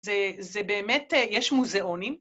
‫זה באמת... יש מוזיאונים.